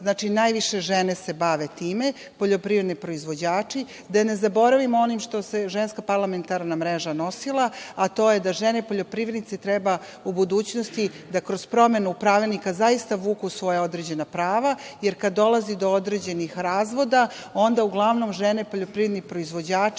se najviše bave žene, poljoprivredni proizvođači, a da ne zaboravimo i ono s čime se Ženska parlamentarna mreža nosila, a to je da žene poljoprivrednici treba da u budućnosti kroz promenu pravilnika zaista vuku svoja određena prava, jer kada dolazi do određenih razvoda, onda uglavnom žene poljoprivredni proizvođači